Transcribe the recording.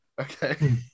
Okay